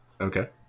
Okay